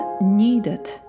needed